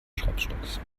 schraubstocks